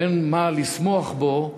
שאין מה לשמוח בו,